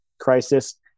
crisis